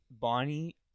bonnie